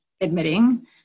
admitting